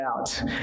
out